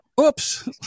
oops